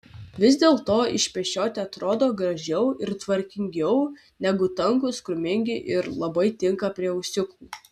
vis dėlto išpešioti atrodo gražiau ir tvarkingiau negu tankūs krūmingi ir labai tinka prie ūsiukų